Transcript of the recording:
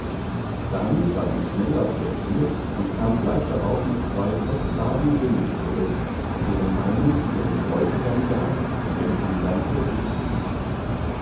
damit war sie schnell aus der tür und kam gleich darauf mit zwei kostbaren ringen zurück deren einen sie ihrem bräutigam gab und den andern für sich behielt